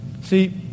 see